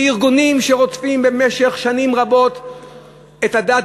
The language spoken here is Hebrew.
זה ארגונים שרודפים במשך שנים רבות את הדת